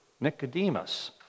Nicodemus